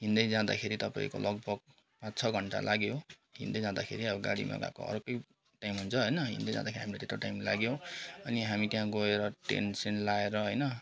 हिँड्दै जाँदाखेरि तपाईँको लगभग पाँच छ घन्टा लाग्यो हिँड्दै जाँदाखेरि अब गाडीमा गएको अर्कै टाइम हुन्छ होइन हिँड्दै जाँदाखेरि हामीलाई त्यत्रो टाइम लाग्यो अनि हामी त्यहाँ गएर टेन्टसेन्ट लगाएर होइन